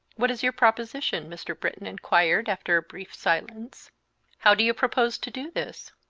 what is your proposition? mr. britton inquired, after a brief silence how do you propose to do this?